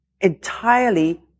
entirely